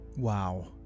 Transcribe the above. Wow